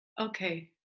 okay